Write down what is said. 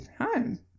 home